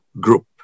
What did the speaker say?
Group